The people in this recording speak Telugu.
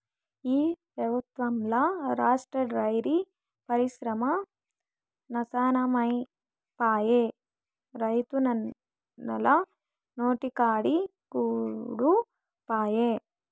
ఈ పెబుత్వంల రాష్ట్ర డైరీ పరిశ్రమ నాశనమైపాయే, రైతన్నల నోటికాడి కూడు పాయె